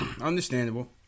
Understandable